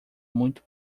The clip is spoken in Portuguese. muito